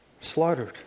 slaughtered